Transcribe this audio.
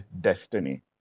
destiny